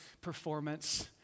performance